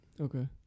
Okay